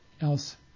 else